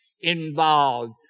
involved